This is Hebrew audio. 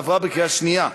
עברה בקריאה שנייה.